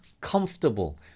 comfortable